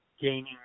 gaining